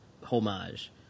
homage